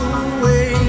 away